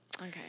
Okay